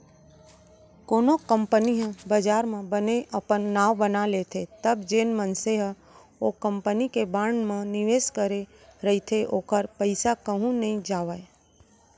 कोनो कंपनी ह बजार म बने अपन नांव बना लेथे तब जेन मनसे ह ओ कंपनी के बांड म निवेस करे रहिथे ओखर पइसा कहूँ नइ जावय